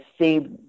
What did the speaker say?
see